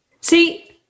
See